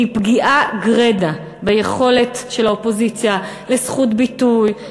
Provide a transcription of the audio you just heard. והיא פגיעה גרידא ביכולת של האופוזיציה לזכות ביטוי,